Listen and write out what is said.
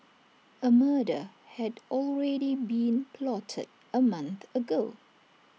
A murder had already been plotted A month ago